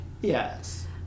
Yes